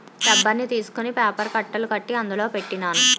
రబ్బర్ని తీసుకొని పేపర్ కట్టలు కట్టి అందులో పెట్టినాను